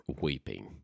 weeping